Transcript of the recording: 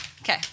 Okay